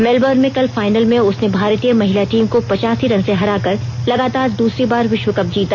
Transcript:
Melbourne में कल final में उसने भारतीय महिला टीम को पचासी रन से हराकर लगातार दूसरी बार विश्व कप जीता